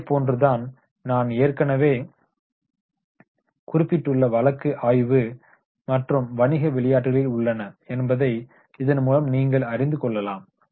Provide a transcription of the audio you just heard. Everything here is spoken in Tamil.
அதேபோன்றுதான் நான் ஏற்கனவே குறிப்பிட்டுள்ள வழக்கு ஆய்வு மற்றும் வணிக விளையாட்டுகளில் உள்ளன என்பதை இதன் மூலம் நீங்கள் அறிந்து கொள்ளலாம்